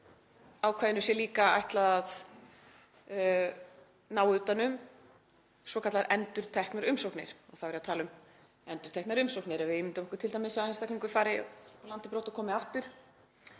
ákvæðinu sé líka ætlað að ná utan um svokallaðar endurteknar umsóknir, og þá er ég að tala um endurteknar umsóknir, ef við ímyndum okkur t.d. að einstaklingur fari af landi brott og komi aftur,